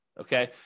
Okay